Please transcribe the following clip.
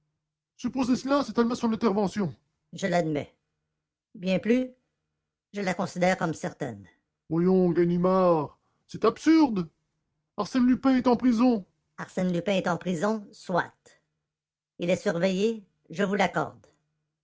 supposer cela c'est admettre son intervention je l'admets bien plus je la considère comme certaine voyons ganimard c'est absurde arsène lupin est en prison arsène lupin est en prison soit il est surveillé je vous l'accorde